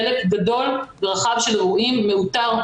חלק גדול ורחב של אירועים מאותר,